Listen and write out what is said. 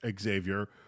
Xavier